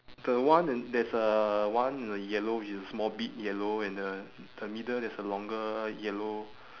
the one in there's uh one the yellow which is small bit yellow and the the middle there's a longer yellow